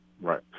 Right